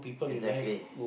exactly